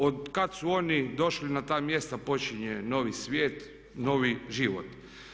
Od kad su oni došli na ta mjesta počinje novi svijet, novi život.